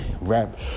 Rap